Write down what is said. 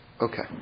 Okay